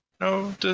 No